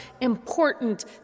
important